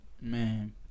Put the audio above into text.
Man